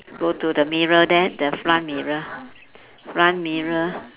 go to the mirror there the front mirror front mirror